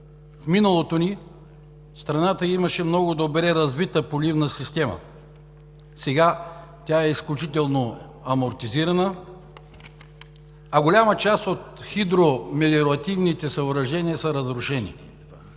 В миналото страната ни имаше много добре развита поливна система, сега тя е изключително амортизирана, а голяма част от хидромелиоративните съоръжения са разрушени.